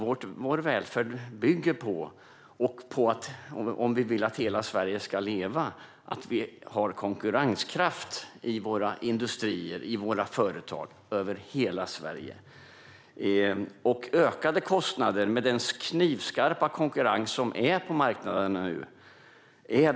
Vår välfärd och vår önskan att hela Sverige ska leva bygger på att vi har konkurrenskraft i våra industrier och våra företag över hela Sverige. Ökade kostnader är väldigt tuffa med den knivskarpa konkurrens som råder på marknaden nu.